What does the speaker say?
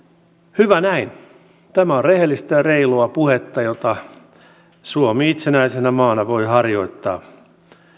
hyvä näin tämä on rehellistä ja reilua puhetta jota suomi itsenäisenä maana voi harjoittaa